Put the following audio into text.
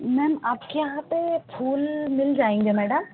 ma'am आपके यहाँ पर फूल मिल जाएंगे मैडम